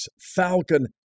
Falcon